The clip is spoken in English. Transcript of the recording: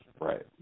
Right